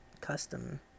custom